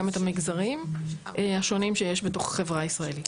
את המגזרים השונים שיש בתוך החברה הישראלית.